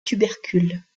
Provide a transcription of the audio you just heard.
tubercules